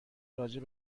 راجع